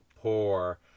poor